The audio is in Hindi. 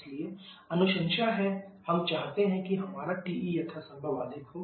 इसलिए अनुशंसा है हम चाहते हैं कि हमारा TE यथासंभव अधिक हो